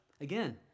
Again